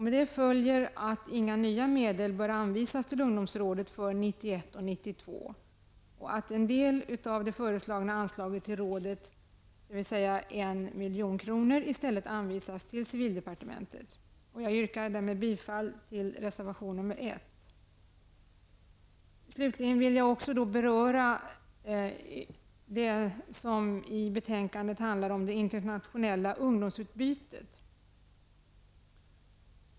Med detta följer att inga nya medel bör anvisas till ungdomsrådet för 1991/92 och att en del av det föreslagna anslaget till rådet, dvs. 1 Jag yrkar därmed bifall till reservation nr 1. Slutligen vill jag också beröra det internationella ungdomsutbyte som behandlas i detta betänkande.